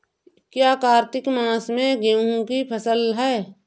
क्या कार्तिक मास में गेहु की फ़सल है?